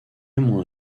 moins